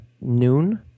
noon